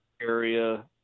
area